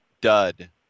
dud